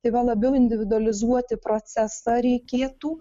tai va labiau individualizuoti procesą reikėtų